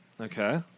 Okay